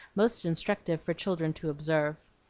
most instructive for children to observe.